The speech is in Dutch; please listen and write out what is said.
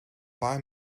paar